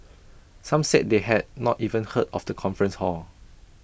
some said they had not even heard of the conference hall